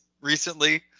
recently